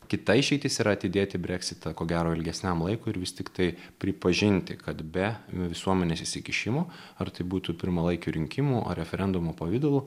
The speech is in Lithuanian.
kita išeitis yra atidėti breksitą ko gero ilgesniam laikui ir vis tiktai pripažinti kad be visuomenės įsikišimo ar tai būtų pirmalaikių rinkimų ar referendumų pavidalu